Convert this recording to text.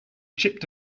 chipped